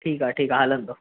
ठीकु आहे ठीकु आहे हलंदो